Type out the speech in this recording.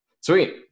Sweet